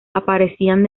aparecían